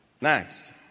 Next